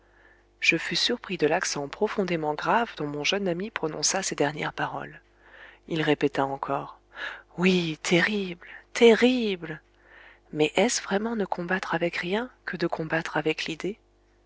je fus surpris de l'accent profondément grave dont mon jeune ami prononça ces dernières paroles il répéta encore oui terrible terrible mais est-ce vraiment ne combattre avec rien que de combattre avec l'idée